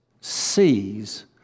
sees